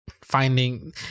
finding